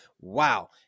wow